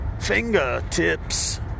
fingertips